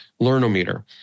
Lernometer